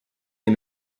des